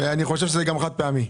אני חושב שזה גם חד פעמי.